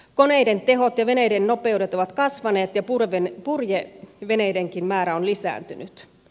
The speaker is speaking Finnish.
koneiden tehot ja veneiden nopeudet ovat kasvaneet ja purjeveneidenkin määrä on lisääntynyt